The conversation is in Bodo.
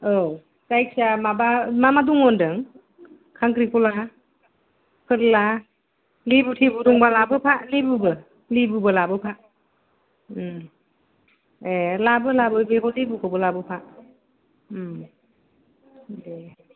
औ जायखिजाया माबा मा मा दङ होनदों खांख्रिखला फोर्ला लेबु थेबु दंबा लाबोफा लेबुबो लेबुबो लाबोफा ए लाबो लाबो बेखौ लेबुखौबो लाबोफा दे